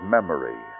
Memory